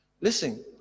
Listen